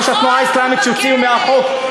ראש התנועה האסלאמית שהוציאו מהחוק.